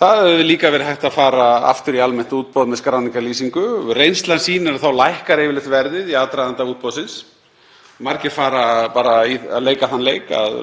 Það hefði líka verið hægt að fara aftur í almennt útboð með skráningarlýsingu. Reynslan sýnir að þá lækkar yfirleitt verðið í aðdraganda útboðsins. Margir fara að leika þann leik að